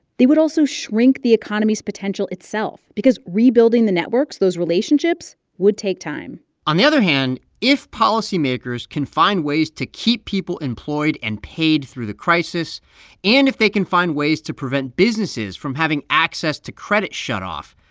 they would also shrink the economy's potential itself because rebuilding the networks, those relationships, would take time on the other hand, if policymakers can find ways to keep people employed and paid through the crisis and if they can find ways to prevent businesses from having access to credit shut-off,